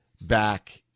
back